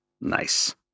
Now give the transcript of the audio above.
Nice